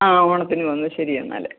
ആ ഓണത്തിന് വന്നു ശരി എന്നാൽ